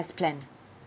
best plan